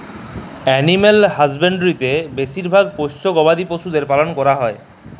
animal হাসবাঁদরিতে বেছিভাগ পোশ্য গবাদি পছুদের পালল ক্যরা হ্যয়